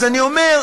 אז אני אומר: